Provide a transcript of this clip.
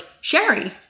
Sherry